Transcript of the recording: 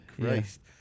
Christ